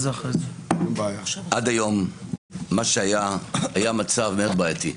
עד היום היה מצב מאוד בעייתי.